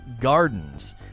gardens